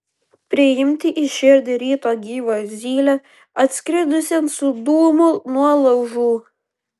priimti į širdį ryto gyvą zylę atskridusią su dūmu nuo laužų